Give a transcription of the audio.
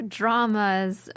dramas